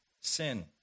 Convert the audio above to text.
Sin